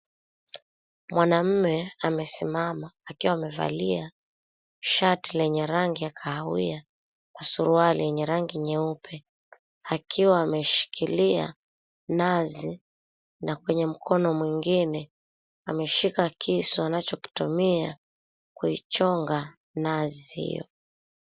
Mwanaume amesimama akiwa amevalia shati lenye rangi ya kahawia na suruali yenye rangi nyeupe. Akiwa ameshikilia nazi na kwenye mkono mwingine ameshika kisu anachokitumia kuichonga nazi hiyo.